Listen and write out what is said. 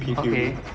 okay